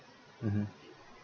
mmhmm